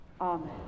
Amen